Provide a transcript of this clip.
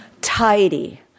Tidy